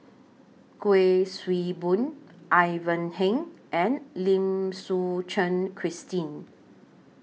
Kuik Swee Boon Ivan Heng and Lim Suchen Christine